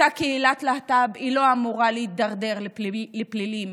אותה קהילת להט"ב לא אמורה להידרדר לפלילים.